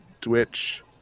Twitch